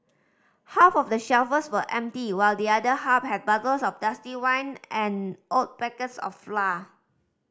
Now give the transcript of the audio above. half of the shelves were empty while the other half had bottles of dusty wine and old packets of flour